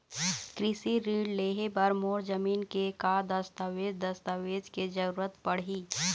कृषि ऋण लेहे बर मोर जमीन के का दस्तावेज दस्तावेज के जरूरत पड़ही?